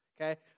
Okay